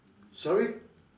sorry